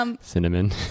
Cinnamon